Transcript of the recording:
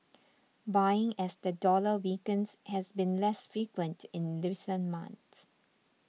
buying as the dollar weakens has been less frequent in recent months